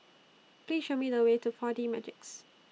Please Show Me The Way to four D Magix